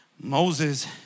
Moses